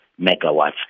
megawatts